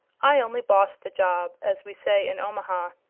i only bossed the job, as we say in omaha.